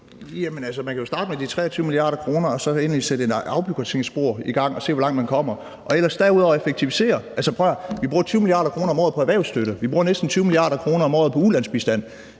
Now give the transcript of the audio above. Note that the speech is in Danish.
man kan jo starte med de 23 mia. kr. og så egentlig sætte et afbureaukratiseringsspor i gang og se, hvor langt man kommer, og ellers derudover effektivisere. Altså, prøv og hør her: Vi bruger 20 mia. kr. om året på erhvervsstøtte. Vi bruger næsten 20 mia. kr. om året på ulandsbistand.